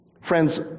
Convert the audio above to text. Friends